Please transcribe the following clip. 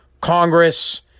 Congress